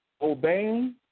obeying